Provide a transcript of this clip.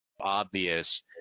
obvious